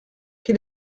quel